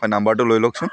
হয় নাম্বাৰটো লৈ লওকচোন